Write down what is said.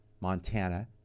Montana